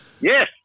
Yes